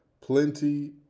plenty